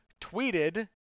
Tweeted